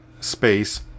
space